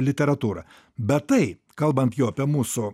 literatūra bet taip kalbant jo apie mūsų